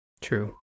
True